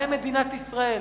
מה עם מדינת ישראל?